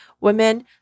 women